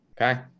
okay